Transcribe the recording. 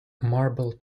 marble